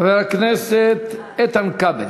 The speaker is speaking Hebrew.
חבר הכנסת איתן כבל,